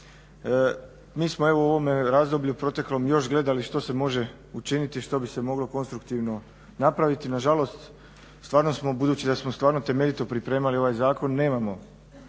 Mi smo u ovome proteklom razdoblju još gledali što se može učiniti, što se bi se moglo konstruktivno napraviti, nažalost stvarno smo budući da smo stvarno temeljito pripremali ovaj zakon nemamo